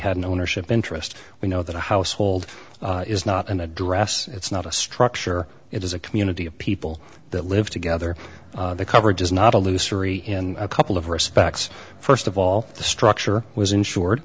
had an ownership interest we know that a household is not an address it's not a structure it is a community of people that live together the coverage is not a looser ie in a couple of respects first of all the structure was